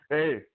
Hey